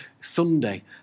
Sunday